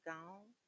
Gone